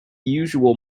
usual